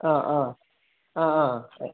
ആ ആ ആ ആ സാർ